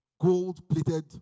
gold-plated